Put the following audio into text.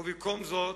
ובמקום זאת,